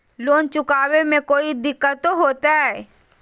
Loan चुकाने में कोई दिक्कतों होते?